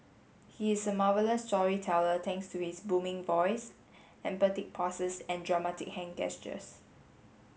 he is a marvellous storyteller thanks to his booming voice emphatic pauses and dramatic hand gestures